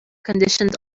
conditioned